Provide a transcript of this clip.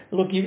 Look